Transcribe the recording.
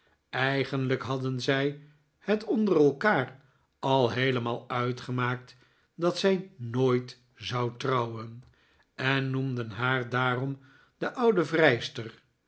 eigenlijk hadden zij het onder elkaar al heelemaal uitgemaakt dat zij nooit zou trouwen en noemden haar daarom de oude vrijster